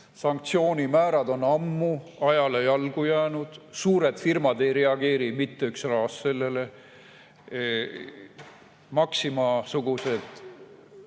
sanktsioonimäärad on ammu ajale jalgu jäänud, suured firmad ei reageeri mitte üks raas nendele. Maxima-sugused